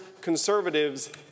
conservatives